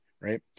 right